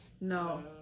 No